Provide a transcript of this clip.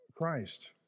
Christ